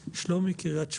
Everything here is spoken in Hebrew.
שלומי, קריית שמונה,